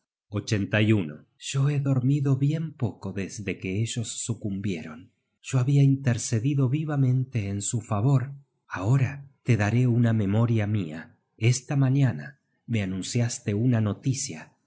search generated at yo he dormido bien poco desde que ellos sucumbieron yo habia intercedido vivamente en su favor ahora te daré una memoria mia esta mañana me anunciaste una noticia